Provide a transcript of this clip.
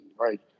right